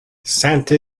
santa